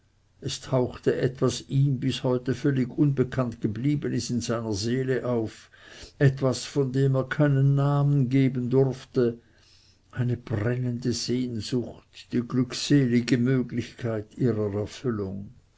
es tauchte etwas ihm bis heute völlig unbekannt gebliebenes in seiner seele auf etwas dem er keinen namen geben durfte eine brennende sehnsucht die glückselige möglichkeit ihrer erfüllung